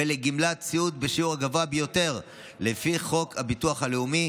ולגמלת סיעוד בשיעור הגבוה ביותר לפי חוק הביטוח הלאומי,